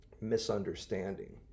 misunderstanding